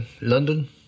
London